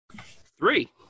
Three